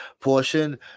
portion